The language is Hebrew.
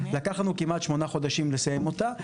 לקח לנו כמעט שמונה חודשים לסיים אותה,